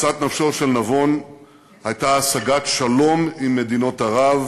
משאת נפשו של נבון הייתה השגת שלום עם מדינות ערב,